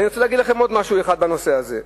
אני רוצה להגיד לכם עוד דבר אחד בנושא הזה.